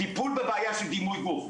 טיפול בבעיה של דימוי גוף,